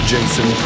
Jason